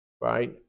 right